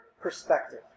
perspective